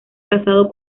casado